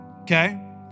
Okay